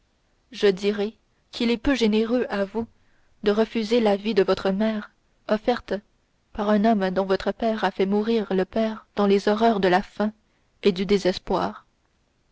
je dirai qu'il est peu généreux à vous de refuser la vie de votre mère offerte par un homme dont votre père a fait mourir le père dans les horreurs de la faim et du désespoir